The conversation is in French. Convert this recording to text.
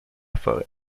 forêt